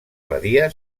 badia